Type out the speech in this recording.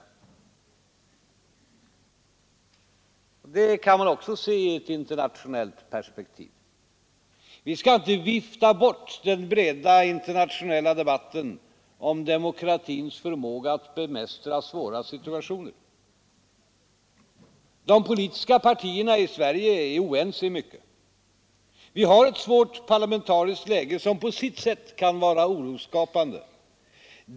Även det kan ses i ett internationellt perspektiv. Vi skall inte vifta bort den breda internationella debatten om demokratins förmåga att bemästra svåra situationer. De politiska partierna i Sverige är oense i mycket. Vi har ett svårt parlamentariskt läge, som på sitt sätt kan vara orosskapande.